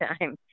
time